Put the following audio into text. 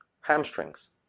hamstrings